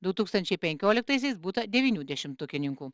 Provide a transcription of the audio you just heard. du tūkstančiai penkioliktaisiais būta devynių dešimtukininkų